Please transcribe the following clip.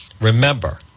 remember